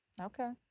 Okay